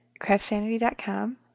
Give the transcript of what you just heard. Craftsanity.com